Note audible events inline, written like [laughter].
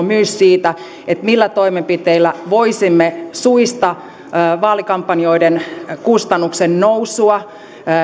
[unintelligible] myös siitä millä toimenpiteillä voisimme suitsia vaalikampanjoiden kustannuksennousua